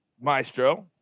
Maestro